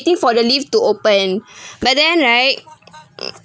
think for the lift to open but then right